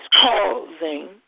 causing